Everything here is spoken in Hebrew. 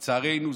לצערנו.